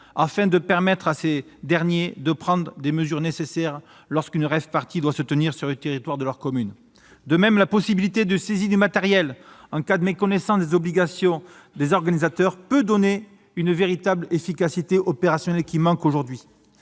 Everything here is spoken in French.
afin de permettre à ces derniers de prendre les mesures nécessaires lorsqu'une rave-party doit se tenir sur le territoire de leur commune. De même, la possibilité de saisie du matériel en cas de méconnaissance de leurs obligations par les organisateurs peut permettre une véritable efficacité opérationnelle, qui manque aujourd'hui.